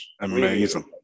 Amazing